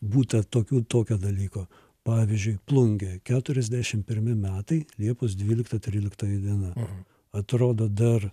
būta tokių tokio dalyko pavyzdžiui plungėje keturiasdešimt pirmi metai liepos dvylikta trylikta diena atrodo dar